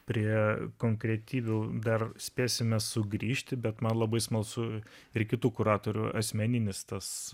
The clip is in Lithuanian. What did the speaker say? prie konkretybių dar spėsime sugrįžti bet man labai smalsu ir kitų kuratorių asmeninis tas